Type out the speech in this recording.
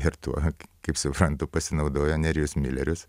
ir tuo kaip suprantu pasinaudojo nerijus milerius